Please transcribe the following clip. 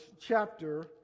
chapter